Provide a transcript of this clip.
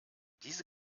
diese